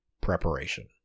preparation